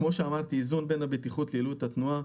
איזון בין הבטיחות ליעילות התנועה,